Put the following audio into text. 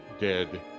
dead